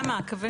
למה?